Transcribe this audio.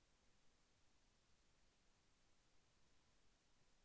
వరి కోత అయినాక ఎక్కడ నిల్వ చేయాలి?